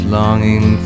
longing